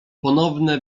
ponowne